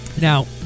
Now